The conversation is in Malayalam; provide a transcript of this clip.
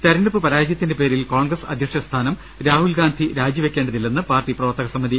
തെരഞ്ഞെടുപ്പ് പരാജയത്തിന്റെ പേരിൽ കോൺഗ്രസ് അധ്യക്ഷ സ്ഥാനം രാഹുൽ ഗാന്ധി രാജിപ്പെക്കേണ്ടതില്ലെന്ന് പാർട്ടി പ്രവർത്തക സമിതി